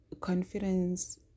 confidence